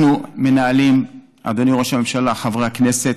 אנחנו מנהלים, אדוני ראש הממשלה, חברי הכנסת,